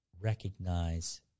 recognize